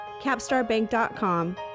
capstarbank.com